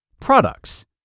Products